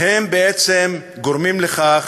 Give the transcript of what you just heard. בשם התורה, הם בעצם גורמים לכך